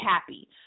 happy